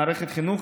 מערכת החינוך,